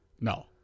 No